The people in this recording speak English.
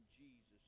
Jesus